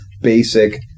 basic